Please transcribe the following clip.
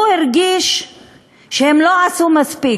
הוא הרגיש שהם לא עשו מספיק.